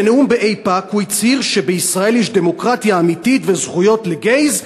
בנאום באיפא"ק הוא הצהיר שבישראל יש דמוקרטיה אמיתית וזכויות לגייז,